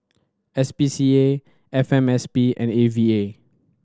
S P C A F M S P and A V A